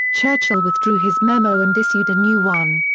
churchill withdrew his memo and issued a new one.